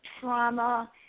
trauma